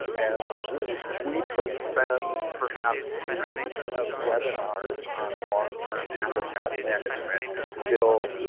and we could spend perhaps a week of webinars long-term habitat management and still,